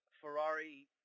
Ferrari